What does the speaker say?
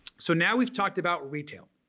so now we've talked about retail,